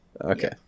okay